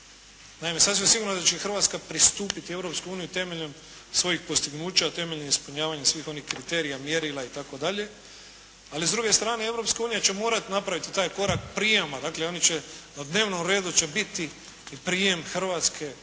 Naime, sasvim sigurno je da će Hrvatska pristupiti Europskoj uniji temeljem svojih postignuća, temeljem ispunjavanja svih onih kriterija, mjerila itd., ali s druge strane Europska unija će morati napraviti taj korak prijema, dakle oni će, na dnevnom redu će biti prijem Hrvatske u